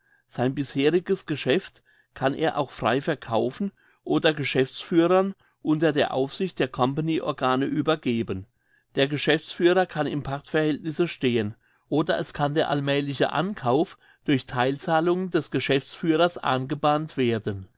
sein bisheriges geschäft kann er auch frei verkaufen oder geschäftsführern unter der aufsicht der company organe übergeben der geschäftsführer kann im pachtverhältnisse stehen oder es kann der allmälige ankauf durch theilzahlungen des geschäftsführers angebahnt werden